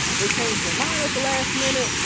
they changed their mind at the last minute.